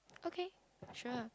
okay sure